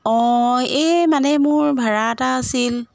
অঁ এই মানে মোৰ ভাড়া এটা আছিল